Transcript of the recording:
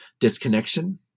disconnection